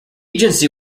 agency